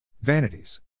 Vanities